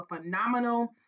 phenomenal